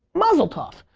mazel tov.